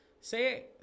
say